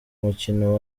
mukino